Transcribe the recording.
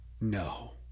No